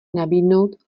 nabídnout